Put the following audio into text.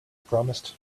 promised